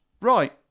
right